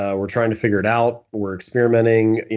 ah we're trying to figure it out. we're experimenting.